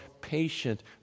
patient